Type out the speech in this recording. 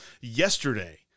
yesterday